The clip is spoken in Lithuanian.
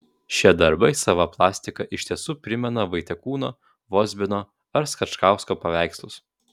šie darbai sava plastika iš tiesų primena vaitekūno vozbino ar skačkausko paveikslus